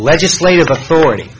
legislative authority